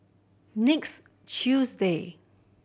next Tuesday